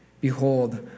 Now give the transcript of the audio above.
Behold